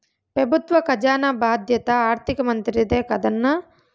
పెబుత్వ కజానా బాధ్యత ఆర్థిక మంత్రిదే కదన్నా